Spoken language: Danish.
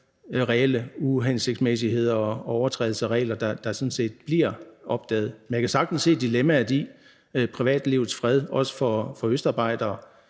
reelle uhensigtsmæssigheder og overtrædelser af regler, der sådan set bliver opdaget. Men jeg kan sagtens se dilemmaet i forhold til privatlivets fred, også for østarbejdere.